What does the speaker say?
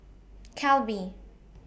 Calbee